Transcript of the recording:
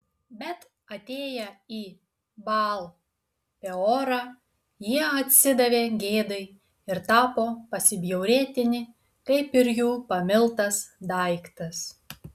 bet atėję į baal peorą jie atsidavė gėdai ir tapo pasibjaurėtini kaip ir jų pamiltas daiktas